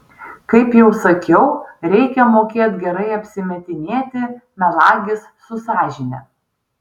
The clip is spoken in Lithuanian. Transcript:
kaip jau sakiau reikia mokėt gerai apsimetinėti melagis su sąžine